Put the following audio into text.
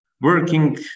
working